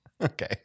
Okay